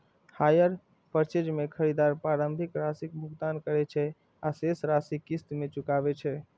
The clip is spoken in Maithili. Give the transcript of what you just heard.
हायर पर्चेज मे खरीदार प्रारंभिक राशिक भुगतान करै छै आ शेष राशि किस्त मे चुकाबै छै